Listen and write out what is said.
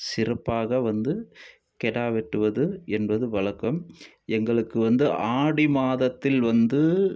சிறப்பாக வந்து கிடா வெட்டுவது என்பது வழக்கம் எங்களுக்கு வந்து ஆடி மாதத்தில் வந்து